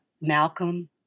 Malcolm